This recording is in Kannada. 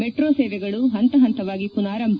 ಮೆಟ್ರೋ ಸೇವೆಗಳು ಹಂತ ಹಂತವಾಗಿ ಪುನಾರಂಭ